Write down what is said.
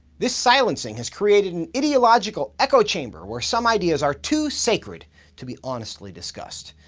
this silencing has created an ideological echo chamber where some ideas are too sacred to be honestly discussed.